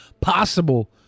possible